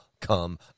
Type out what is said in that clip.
come